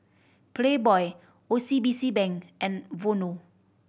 Playboy O C B C Bank and Vono